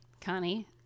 Connie